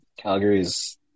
Calgary's